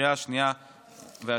בקריאה השנייה והשלישית.